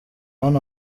hano